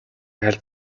аль